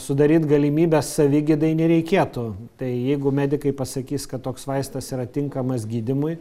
sudaryt galimybes savigydai nereikėtų tai jeigu medikai pasakys kad toks vaistas yra tinkamas gydymui